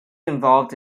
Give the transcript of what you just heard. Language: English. involved